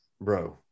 bro